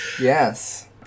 Yes